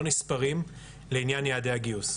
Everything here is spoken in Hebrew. לא נספרים לעניין יעדי הגיוס.